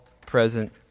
present